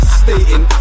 stating